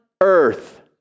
earth